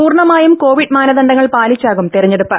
പൂർണ്ണമായും കോവിഡ് മാനദണ്ഡങ്ങൾ പാലിച്ചാകും തെരഞ്ഞെടുപ്പ്